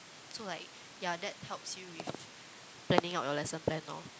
so like ya that helps you with planning out your lesson plan lor